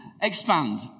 Expand